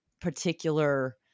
particular